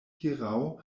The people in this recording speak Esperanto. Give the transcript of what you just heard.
hieraŭ